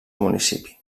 municipi